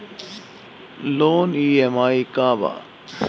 Loan EMI का बा?